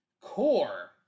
Core